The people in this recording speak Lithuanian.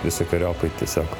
visokeriopai tiesiog